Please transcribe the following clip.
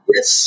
Yes